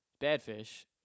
Badfish